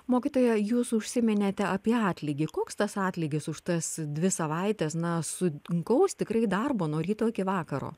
mokytoja jūs užsiminėte apie atlygį koks tas atlygis už tas dvi savaites na sunkaus tikrai darbo nuo ryto iki vakaro